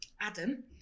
adam